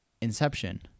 Inception